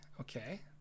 okay